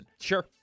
Sure